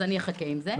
אז אחכה עם זה.